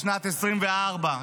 בשנת 2024,